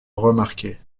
remarqué